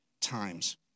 times